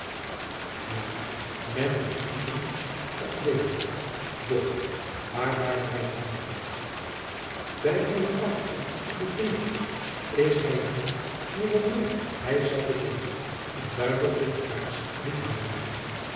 ja men moet kiezen of deelen doch waar waren wij gebleven bij uwen oudoom den prior is hij het niet die wanneer hij zat te lezen een duiveltje de kaars liet houden